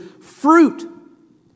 fruit